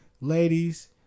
Ladies